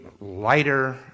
lighter